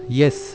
yes